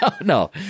No